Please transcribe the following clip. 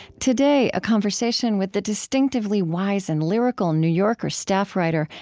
today, a conversation with the distinctively wise and lyrical new yorker staff writer,